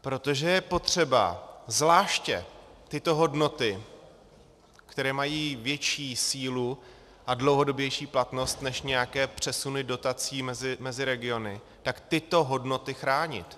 Protože je potřeba zvláště tyto hodnoty, které mají větší sílu a dlouhodobější platnost než nějaké přesuny dotací mezi regiony, chránit.